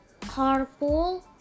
carpool